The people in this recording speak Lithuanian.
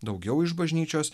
daugiau iš bažnyčios